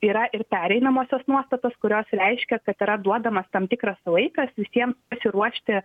yra ir pereinamosios nuostatos kurios reiškia kad yra duodamas tam tikras laikas visiem pasiruošti